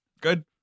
Good